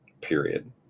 period